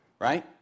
right